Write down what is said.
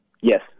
Yes